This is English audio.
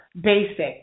basic